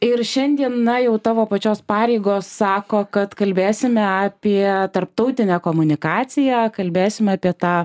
ir šiandien na jau tavo pačios pareigos sako kad kalbėsime apie tarptautinę komunikaciją kalbėsime apie tą